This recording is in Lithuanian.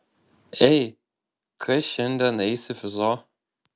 ei kas šiandien eis į fizo